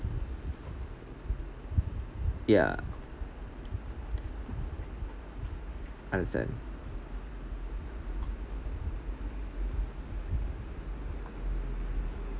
ya understand